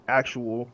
actual